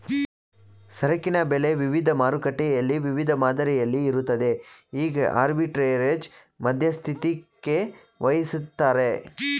ಸರಕಿನ ಬೆಲೆ ವಿವಿಧ ಮಾರುಕಟ್ಟೆಯಲ್ಲಿ ವಿವಿಧ ಮಾದರಿಯಲ್ಲಿ ಇರುತ್ತದೆ ಈಗ ಆರ್ಬಿಟ್ರೆರೇಜ್ ಮಧ್ಯಸ್ಥಿಕೆವಹಿಸತ್ತರೆ